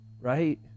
Right